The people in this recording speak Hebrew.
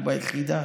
ביחידה.